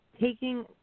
taking